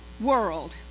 world